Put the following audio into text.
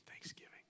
thanksgiving